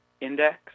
index